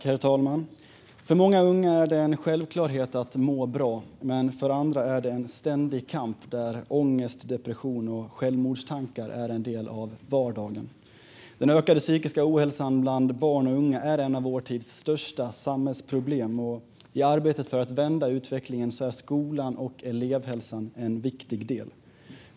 Herr talman! För många unga är det en självklarhet att må bra, men för andra är det en ständig kamp där ångest, depression och självmordstankar är en del av vardagen. Den ökade psykiska ohälsan bland barn och unga är ett av vår tids största samhällsproblem. I arbetet för att vända utvecklingen är skolan och elevhälsan en viktig del.